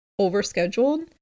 overscheduled